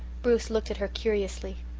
bruce looked at her curiously.